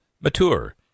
mature